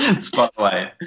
Spotlight